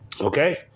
Okay